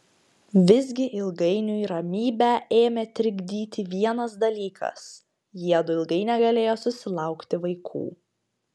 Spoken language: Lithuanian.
visgi ilgainiui ramybę ėmė trikdyti vienas dalykas jiedu ilgai negalėjo susilaukti vaikų